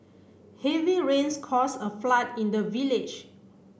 heavy rains cause a flood in the village